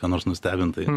ką nors nustebint tai